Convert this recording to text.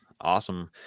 Awesome